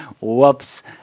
Whoops